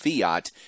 Fiat